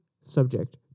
subject